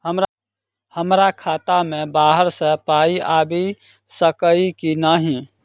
हमरा खाता मे बाहर सऽ पाई आबि सकइय की नहि?